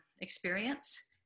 experience